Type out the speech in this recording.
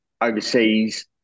overseas